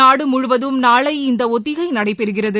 நாடு முழுவதும் நாளை இந்த ஒத்திகை நடைபெறகிறது